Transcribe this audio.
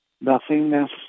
nothingness